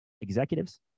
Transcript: executives